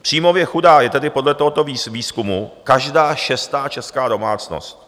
Příjmově chudá je tedy podle tohoto výzkumu každá šestá česká domácnost.